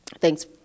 Thanks